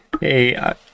hey